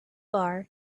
bar